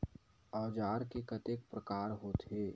औजार के कतेक प्रकार होथे?